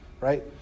right